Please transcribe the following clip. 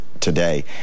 today